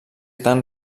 tan